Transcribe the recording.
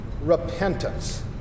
repentance